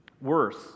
Worse